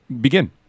begin